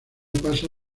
pasa